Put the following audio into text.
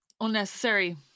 unnecessary